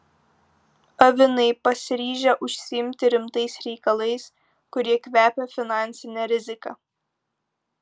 avinai pasiryžę užsiimti rimtais reikalais kurie kvepia finansine rizika